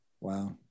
Wow